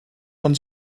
von